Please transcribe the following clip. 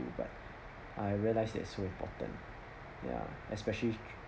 but I realised that's so important ya especially